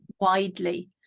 widely